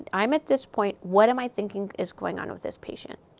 i'm at this point. what am i thinking is going on with this patient?